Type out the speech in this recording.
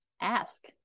ask